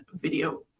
video